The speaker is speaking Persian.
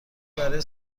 برای